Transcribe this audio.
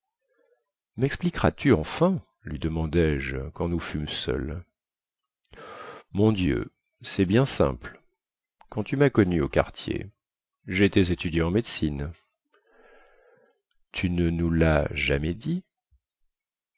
mexpliqueras tu enfin lui demandai-je quand nous fûmes seuls mon dieu cest bien simple quand tu mas connu au quartier jétais étudiant en médecine tu ne nous las jamais dit